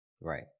Right